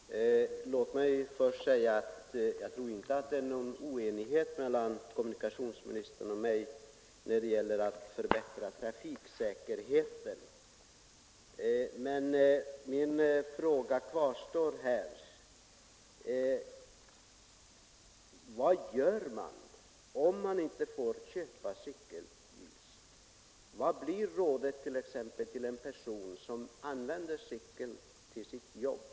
Herr talman! Låt mig först säga att jag inte tror att det är någon oenighet mellan kommunikationsministern och mig när det gäller att förbättra trafiksäkerheten. Men min fråga kvarstår: Vad gör man om man inte får köpa cykellyktor? Vad blir rådet t.ex. till en person som använder cykel till sitt jobb?